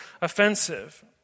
offensive